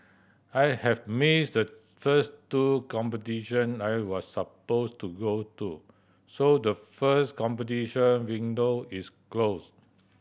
I have missed the first two competition I was supposed to go to so the first competition window is closed